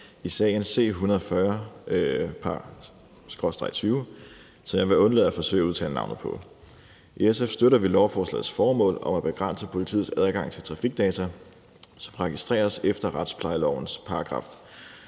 i sagen C140/20, som jeg vil undlade at forsøge at udtale navnet på. I SF støtter vi lovforslagets formål om at begrænse politiets adgang til trafikdata, som registreres efter retsplejelovens §